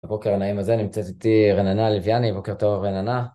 בבוקר הנעים הזה נמצאת איתי רננה לוויאני, בוקר טוב רננה.